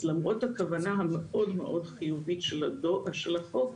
אז למרות הכוונה המאוד מאוד חיובית של החוק,